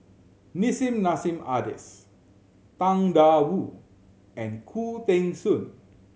Nissim Nassim Adis Tang Da Wu and Khoo Teng Soon